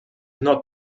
not